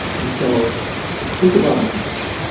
and so think about it this way.